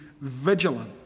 vigilant